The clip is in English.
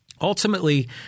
Ultimately